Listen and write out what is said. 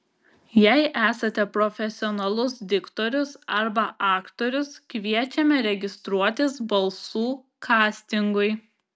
jei esate profesionalus diktorius arba aktorius kviečiame registruotis balsų kastingui